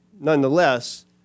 Nonetheless